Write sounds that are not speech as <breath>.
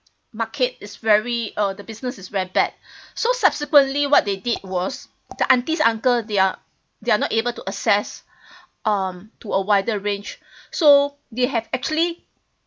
market is very uh the business is very bad <breath> so subsequently what they did was the aunties uncles they are they are not able to access <breath> um to a wider range so they have actually